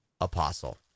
Apostle